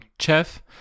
chef